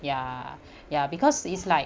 ya ya because is like